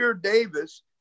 Davis